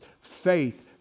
Faith